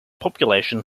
population